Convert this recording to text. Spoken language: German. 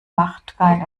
machtgeil